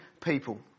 people